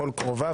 הכול קרוביו",